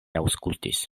aŭskultis